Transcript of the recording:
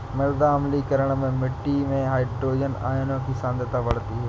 मृदा अम्लीकरण में मिट्टी में हाइड्रोजन आयनों की सांद्रता बढ़ती है